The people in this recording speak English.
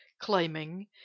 climbing